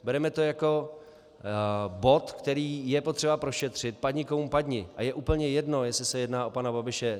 Bereme to jako bod, který je potřeba prošetřit padni komu padni, a je úplně jedno, jestli se jedná o pana Babiše.